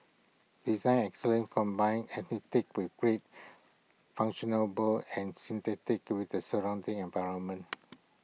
design excellence combines aesthetics with great function noble and synthesis with the surrounding environment